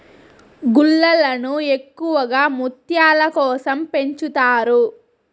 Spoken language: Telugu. గుల్లలను ఎక్కువగా ముత్యాల కోసం పెంచుతారు